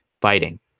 fighting